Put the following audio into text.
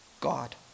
God